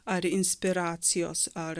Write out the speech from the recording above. ar inspiracijos ar